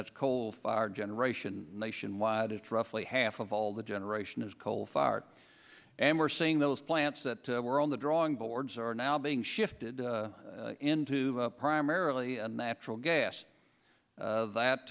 that's coal fired generation nationwide it's roughly half of all the generation is coal fired and we're seeing those plants that were on the drawing boards are now being shifted into primarily a natural gas that